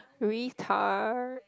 retard